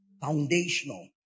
foundational